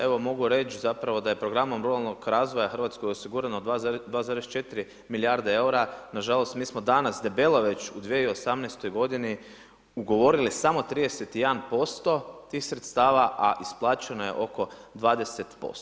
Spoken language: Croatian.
Evo, mogu reći zapravo da je programom ruralnog razvoja Hrvatskoj osigurano 2,4 milijarde eura, nažalost, mi smo danas, debelo već u 2018. g. ugovorili samo 31% tih sredstava, a isplaćena je oko 20%